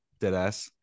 Deadass